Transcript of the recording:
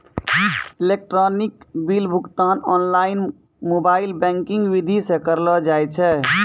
electronic bill भुगतान online mobile banking विधि से करलो जाय छै